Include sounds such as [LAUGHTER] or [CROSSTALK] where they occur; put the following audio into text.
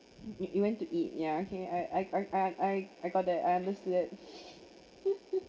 y~ you went to eat ya okay I I I I got that I understood that [LAUGHS]